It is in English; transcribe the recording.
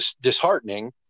disheartening